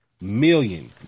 million